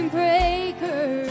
breaker